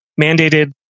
mandated